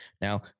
Now